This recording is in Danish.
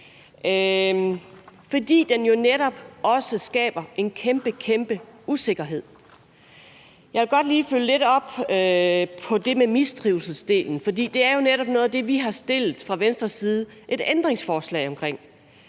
For den skaber jo netop også en kæmpe, kæmpe usikkerhed. Jeg vil godt lige følge lidt op på det med mistrivsel. Det er jo netop noget af det, vi fra Venstres side har stillet et ændringsforslag omkring.